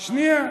שנייה.